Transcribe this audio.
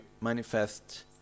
manifest